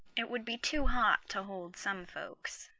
it would be too hot to hold some folks,